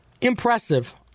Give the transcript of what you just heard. impressive